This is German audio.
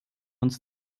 uns